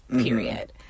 period